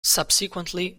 subsequently